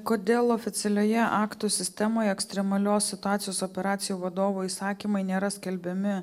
kodėl oficialioje aktų sistemoje ekstremalios situacijos operacijų vadovo įsakymai nėra skelbiami